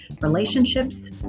relationships